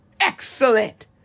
Excellent